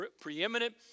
preeminent